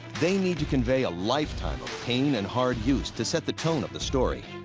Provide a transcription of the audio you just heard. they need to convey a lifetime of pain and hard use to set the tone of the story.